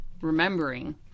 remembering